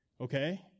Okay